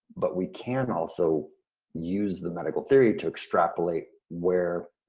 but we can also use the medical theory to extrapolate where